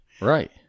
Right